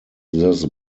this